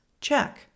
Check